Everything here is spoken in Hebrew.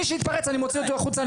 מי שיתפרץ אני מוציא אותו החוצה,